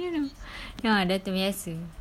you know ah dah terbiasa